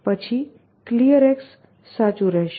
પછી Clear સાચું રહેશે